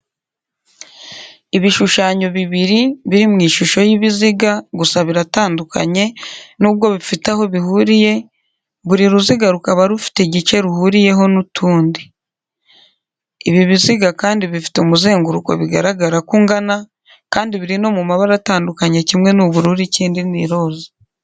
Ibishushanyo bibiri biri mu ishusho y'ibiziga, husa biratandukamye, nubwo bifite aho bihuriye, buri ruziga rukaba rufite igice ruhuriyemo n'utundi. Ibi biziga kandi bifite umuzenguruko bigaragara ko ungana, kandi biri no mu mabara atandukanye, kimwe ni ubururu ikindi ni iroza.